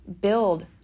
build